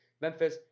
Memphis